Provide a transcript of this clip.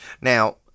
Now